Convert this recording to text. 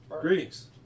Greetings